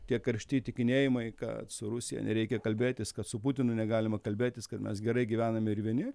tie karšti įtikinėjimai kad su rusija nereikia kalbėtis kad su putinu negalima kalbėtis kad mes gerai gyvename ir vieni